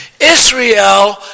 Israel